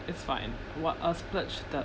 it's fine what I'll splurge the